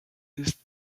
ist